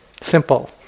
simple